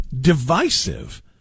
divisive